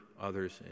others